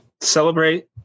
celebrate